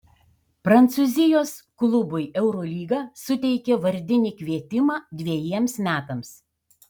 prancūzijos klubui eurolyga suteikė vardinį kvietimą dvejiems metams